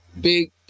big